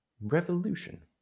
Revolution